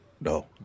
No